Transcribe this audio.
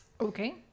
Okay